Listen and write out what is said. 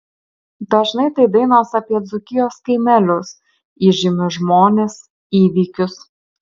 dažnai tai dainos apie dzūkijos kaimelius įžymius žmones įvykius